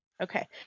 Okay